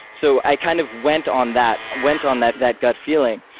so i kind of went on that, went on that that gut feeling,